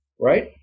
right